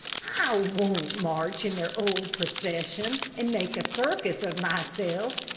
i won't march in their old procession, and make a circus of myself.